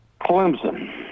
Clemson